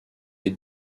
est